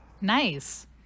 Nice